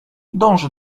dąży